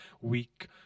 weak